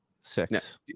Six